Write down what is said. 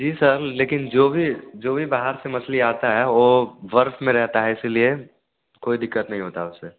जी sir लेकिन जो भी जो भी बाहर से मछली आता है वो बर्फ़ में रहता है इसीलिए कोई दिक्कत नहीं होता उसे